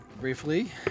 briefly